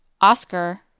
Oscar